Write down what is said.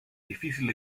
difícil